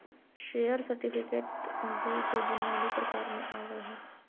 share certificate दू गो बुनियादी प्रकार में आवय हइ